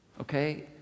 okay